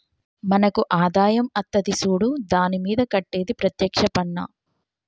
మనకు ఆదాయం అత్తది సూడు దాని మీద కట్టేది ప్రత్యేక్ష పన్నా